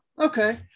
Okay